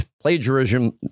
plagiarism